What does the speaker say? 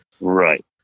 Right